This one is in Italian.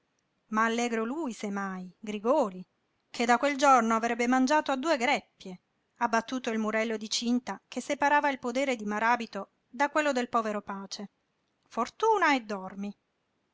ma allegro lui se mai grigòli che da quel giorno avrebbe mangiato a due greppie abbattuto il murello di cinta che separava il podere di maràbito da quello del povero pace fortuna e dormi